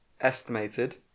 estimated